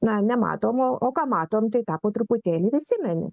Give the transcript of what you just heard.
na nematom o o ką matom tai tą po truputėlį prisimeni